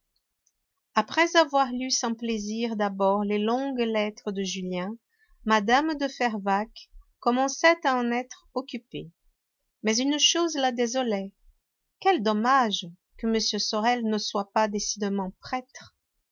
après avoir lu sans plaisir d'abord les longues lettres de julien mme de fervaques commençait à en être occupée mais une chose la désolait quel dommage que m sorel ne soit pas décidément prêtre